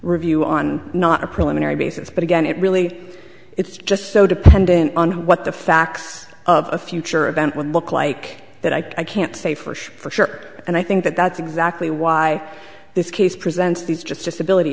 review on not a preliminary basis but again it really it's just so dependent on what the facts of a future event would look like that i can't say for sure for sure and i think that that's exactly why this case presents these just disability